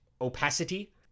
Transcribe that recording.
opacity